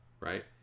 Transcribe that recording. right